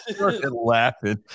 laughing